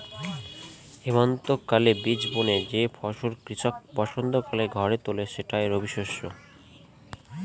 হেমন্তকালে বীজ বুনে যে ফসল কৃষক বসন্তকালে ঘরে তোলে সেটাই রবিশস্য